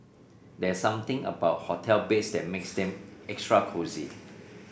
there something about hotel beds that makes them extra cosy